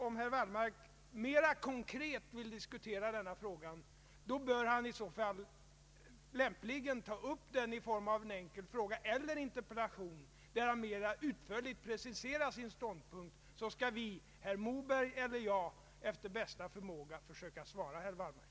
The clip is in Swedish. Om herr Wallmark mera konkret vill diskutera denna fråga bör han lämpligen ta upp den i form av en enkel fråga eller en interpellation där han mera utförligt preciserar sin ståndpunkt. I så fall skall vi, herr Moberg eller jag, efter bästa förmåga försöka svara herr Wallmark.